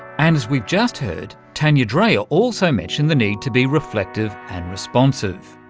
and as we've just heard, tanja dreher also mentioned the need to be reflective and responsive.